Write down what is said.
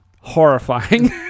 horrifying